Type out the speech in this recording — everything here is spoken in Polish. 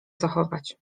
zachować